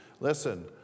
Listen